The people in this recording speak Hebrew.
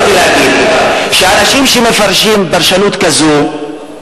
רציתי להגיד שהאנשים שמפרשים פרשנות כזאת,